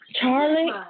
Charlie